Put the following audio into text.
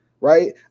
Right